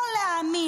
לא להאמין.